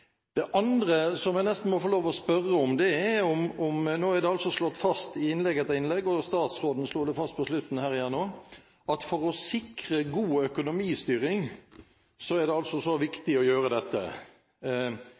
Det andre som jeg nesten må få lov til å spørre om, gjelder følgende: Nå er det slått fast i innlegg etter innlegg – og statsråden slo det fast igjen nå på slutten – at for å sikre god økonomistyring er det